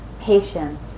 patience